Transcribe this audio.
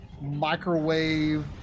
microwave